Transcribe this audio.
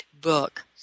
book